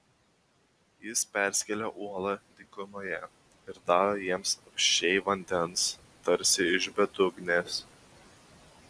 jis perskėlė uolą dykumoje ir davė jiems apsčiai vandens tarsi iš bedugnės